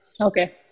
Okay